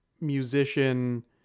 musician